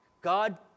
God